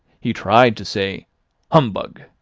he tried to say humbug!